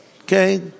Okay